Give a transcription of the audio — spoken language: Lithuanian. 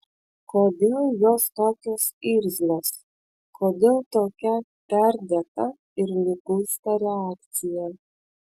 kodėl jos tokios irzlios kodėl tokia perdėta ir liguista reakcija